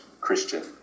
Christian